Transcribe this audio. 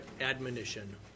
Admonition